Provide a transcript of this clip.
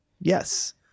Yes